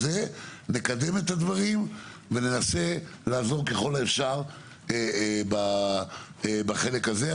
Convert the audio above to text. נקדם את הדברים וננסה לעשות ככל האפשר בחלק הזה.